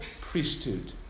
priesthood